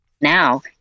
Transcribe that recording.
Now